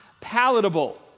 palatable